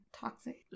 Toxic